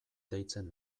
deitzen